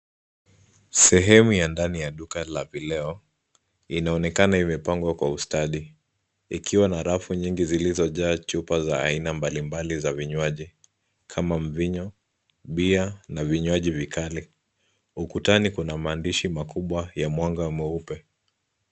Sehemu ya ndani ya duka la vileo, inaonekana imepangwa kwa ustadi ikiwa na rafu nyingi zilizojaa chupa za aina mbalimbali za vinywaji kama mvinyo, bia na vinywaji vikali. Ukutani kuna maandishi makubwa ya mwanga mweupe.